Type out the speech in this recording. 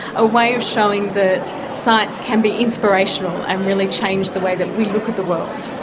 a way of showing that science can be inspirational and really change the way that we look at the world.